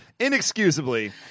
Inexcusably